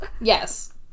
yes